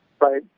right